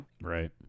Right